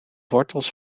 wortels